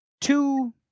two